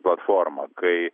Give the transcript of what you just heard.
platforma kai